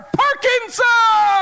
parkinson